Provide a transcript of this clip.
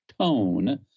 tone